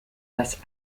das